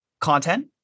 content